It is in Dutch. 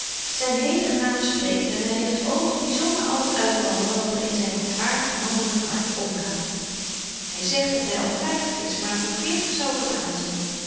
zyn hele gelaat spreekt en hy heeft oogen die zo maar alles uitrammelen wat er in zyn goedaartig manlyk hart omgaat hy zegt dat hy al vyftig is maar voor veertig zou ik hem aanzien